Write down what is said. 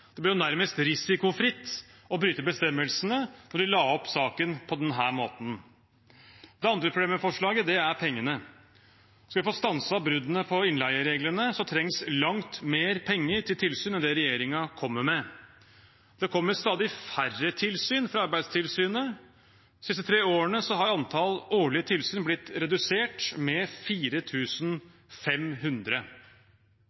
Det ble jo nærmest risikofritt å bryte bestemmelsene når de la opp saken på denne måten. Det andre problemet med forslaget er pengene. Skal vi få stanset bruddene på innleiereglene, trengs det langt mer penger til tilsyn enn det regjeringen kommer med. Det kommer stadig færre tilsyn fra Arbeidstilsynet. De siste tre årene har antall årlige tilsyn blitt redusert med